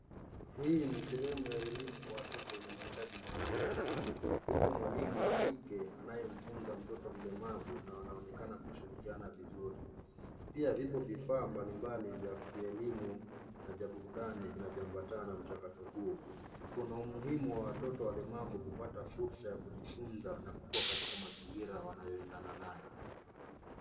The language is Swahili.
Hii ni sehemu ya elimu kwa watoto wenye mahitaji maalum. Yupo mwalimu wa kike anayemfunza mtoto mlemavu na wanaonekana kushirikiana vizuri. Pia vipo vifaa mbalimbali vya kielimu na vya burudani vinavyoambatana na mchakato huo. Kuna umuhimu wa watoto walemavu kupata fursa ya kujifunza na kukuwa katika mazingira wanayoendana nayo.